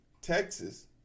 Texas